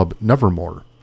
nevermore